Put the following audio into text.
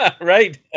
right